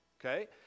okay